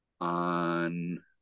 on